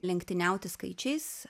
lenktyniauti skaičiais